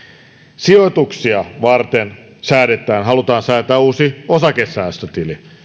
sijoituksia varten halutaan säätää uusi osakesäästötili